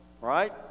Right